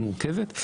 היא מורכבת,